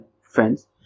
friends